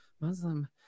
muslim